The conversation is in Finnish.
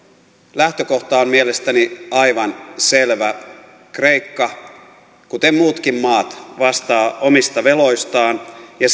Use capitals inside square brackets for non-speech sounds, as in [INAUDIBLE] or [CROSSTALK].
lähtökohta on mielestäni aivan selvä kreikka kuten muutkin maat vastaa omista veloistaan ja [UNINTELLIGIBLE]